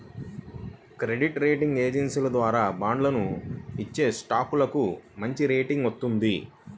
credit rating ఏజెన్సీల ద్వారా బాండ్లను ఇచ్చేస్టాక్లకు మంచిరేటింగ్ వత్తది